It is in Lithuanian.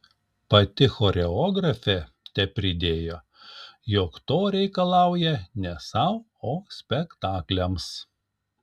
pati choreografė tepridėjo jog to reikalauja ne sau o spektakliams